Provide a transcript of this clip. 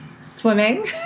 swimming